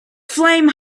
flame